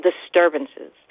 disturbances